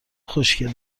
خوشکله